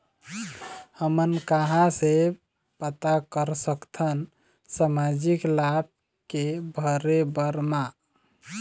हमन कहां से पता कर सकथन सामाजिक लाभ के भरे बर मा?